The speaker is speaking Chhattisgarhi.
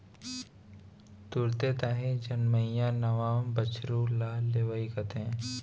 तुरते ताही जनमइया नवा बछरू ल लेवई कथें